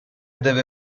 deve